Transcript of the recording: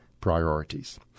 priorities